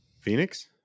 Phoenix